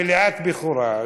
מליאת בכורה,